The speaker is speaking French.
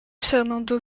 fernando